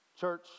Church